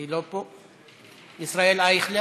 היא לא פה, ישראל אייכלר,